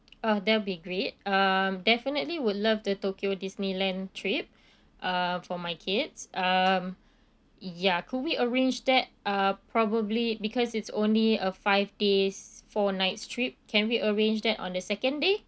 uh that'll be great um definitely would love the tokyo disneyland trip uh for my kids um ya could we arrange that uh probably because it's only a five days four nights trip can we arrange that on the second day